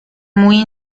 muy